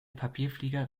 papierflieger